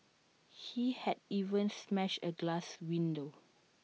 he had even smashed A glass window